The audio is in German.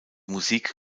musik